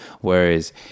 Whereas